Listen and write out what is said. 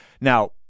Now